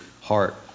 heart